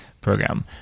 program